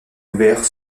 ouvert